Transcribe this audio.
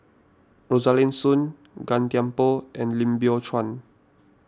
Rosaline Soon Gan Thiam Poh and Lim Biow Chuan